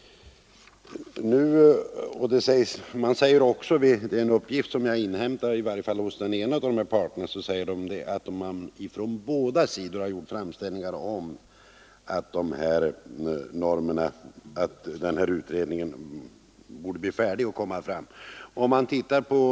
Enligt en uppgift som jag inhämtat hos den ena av nämnda parter har man från båda sidor uttalat att den 1968 tillsatta utredningen borde bli färdig och lägga fram resultatet av sitt arbete.